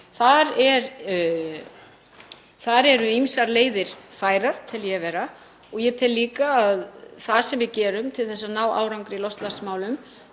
Þar eru ýmsar leiðir færar, tel ég vera, og ég tel líka að það sem við gerum til að ná árangri í loftslagsmálum